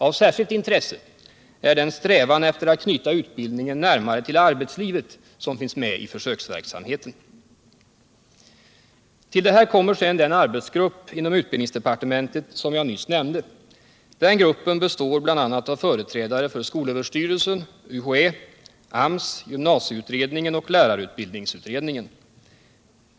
Av särskilt intresse är den strävan efter att knyta utbildningen närmare till arbetslivet som finns med i försöksverksamheten. Till detta kommer den arbetsgrupp inom utbildningsdepartementet som jag nyss nämnde. Den gruppen består bl.a. av företrädare för skolöverstyrelsen, UHÄ, AMS, gymnasieutredningen och lärarutbildningsutredningen.